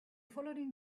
following